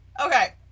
Okay